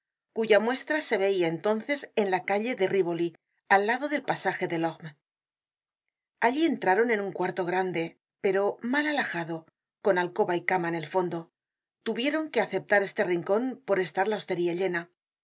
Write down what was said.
cuya muestra se veia entonces en la calle de rívoli al lado del pasaje delorme allí entraron en un cuarto grande pero mal alhajado con alcoba y cama en el fondo tuvieron que aceptar este rincon por estar la hostería llena dos ventanas desde donde se descubrian